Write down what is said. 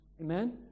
amen